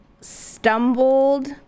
stumbled